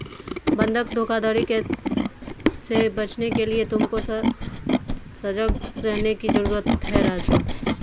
बंधक धोखाधड़ी से बचने के लिए तुमको सजग रहने की जरूरत है राजु